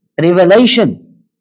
revelation